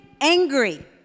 angry